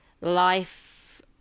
life